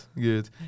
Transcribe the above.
good